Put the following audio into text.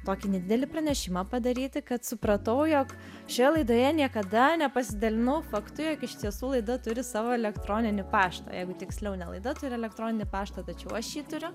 tokį nedidelį pranešimą padaryti kad supratau jog šioje laidoje niekada nepasidalinau faktu jog iš tiesų laida turi savo elektroninį paštą jeigu tiksliau ne laida turi elektroninį paštą tačiau aš jį turiu